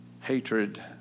hatred